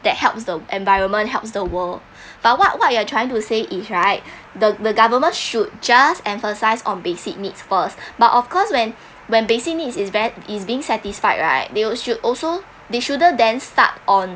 that helps the environment helps the world but what what you are trying to say is right the the government should just emphasise on basic needs first but of course when when basic needs is ver~ is being satisfied right they will should also they shouldn't then start on